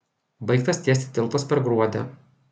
baigtas tiesti tiltas per gruodę